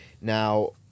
Now